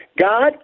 God